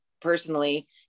Personally